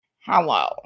Hello